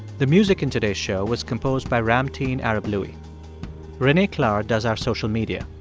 the music in today's show was composed by ramtin arablouei. renee klahr does our social media.